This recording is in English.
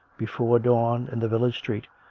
before dawn, in the village street,